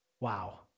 Wow